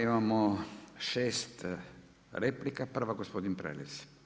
Imamo 6 replika, prva gospodin Prelec.